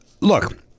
Look